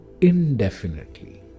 indefinitely